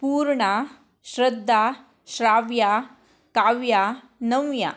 ಪೂರ್ಣ ಶ್ರದ್ಧಾ ಶ್ರಾವ್ಯ ಕಾವ್ಯ ನವ್ಯ